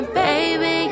baby